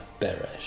Beresh